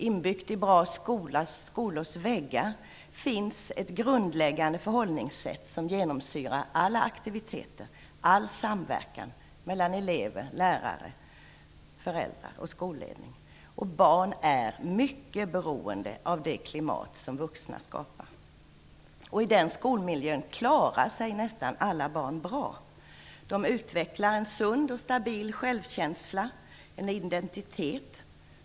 Inbyggt i bra skolors väggar finns ett grundläggande förhållningssätt som genomsyrar alla aktiviteter, all samverkan mellan elever, lärare, föräldrar och skolledning. Barn är mycket beroende av det klimat som vuxna skapar. I den skolmiljön klarar sig nästan alla barn bra. De utvecklar en sund och stabil självkänsla, en identitet.